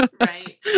right